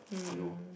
you know